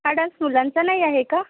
आड्स मुलांचा नाई आहे का